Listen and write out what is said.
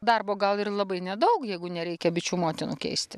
darbo gal ir labai nedaug jeigu nereikia bičių motinų keisti